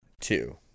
Two